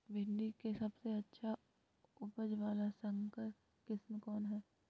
भिंडी के सबसे अच्छा उपज वाला संकर किस्म कौन है?